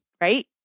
right